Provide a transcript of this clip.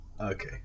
Okay